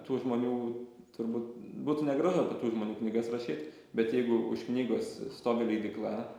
tų žmonių turbūt būtų negražu apie tų žmonių knygas rašyt bet jeigu už knygos stovi leidykla